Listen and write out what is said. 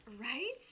Right